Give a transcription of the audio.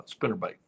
spinnerbait